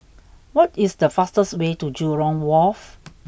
what is the fastest way to Jurong Wharf